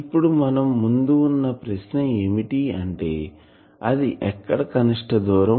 ఇప్పుడు మనం ముందు వున్న ప్రశ్న ఏమిటి అంటే ఇది ఎక్కడ కనిష్ట దూరం ఉంటుంది